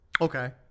okay